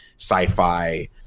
sci-fi